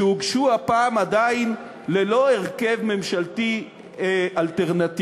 שהוגשו הפעם עדיין ללא הרכב ממשלתי אלטרנטיבי.